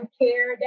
care